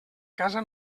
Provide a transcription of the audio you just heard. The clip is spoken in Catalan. casa